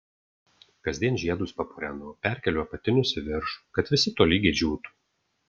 kasdien žiedus papurenu perkeliu apatinius į viršų kad visi tolygiai džiūtų